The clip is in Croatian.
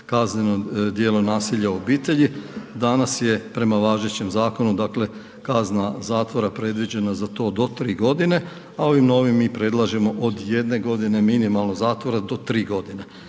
kazneno djelo nasilje u obitelji, danas je prema važećem zakonu dakle kazna zatvora predviđena za to do 3 g. a ovim novim mi predlažemo od 1 g. minimalno zatvora do 3 godine.